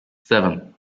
seven